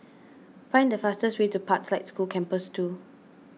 find the fastest way to Pathlight School Campus two